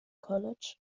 college